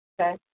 okay